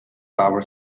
flower